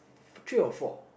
three or four